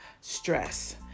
stress